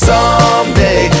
Someday